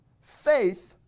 Faith